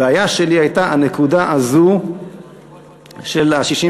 הבעיה שלי הייתה הנקודה הזאת של 65